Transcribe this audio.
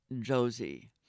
Josie